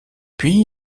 puis